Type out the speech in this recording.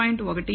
18 2